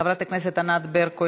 חברת הכנסת ענת ברקו,